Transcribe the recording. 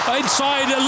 inside